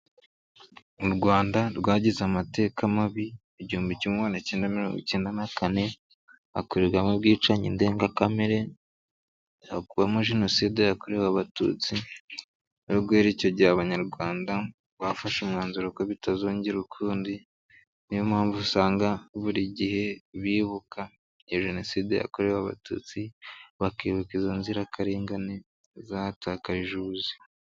u Rwanda rwagize amateka mabi igihumbi kimwe magana icyenda miringo icyenda na kane hakorewemo ubwicanyi ndengakamere hagwamo abantu benshi kubera jenoside yakorewe abatutsi ari guhera icyo gihe abanyarwanda bafashe umwanzuro wuko bitazongera ukundi niyo mpamvu usanga buri gihe bibuka jenoside yakorewe abatutsi bakibuka izo nzirakarengane zahatakarije ubwo ubuzima.